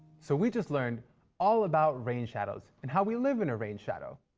so, we just learned all about rain shadows and how we live in a rain shadow.